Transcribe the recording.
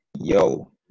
yo